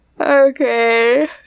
Okay